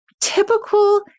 typical